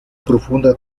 profunda